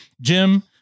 Jim